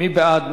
מי בעד?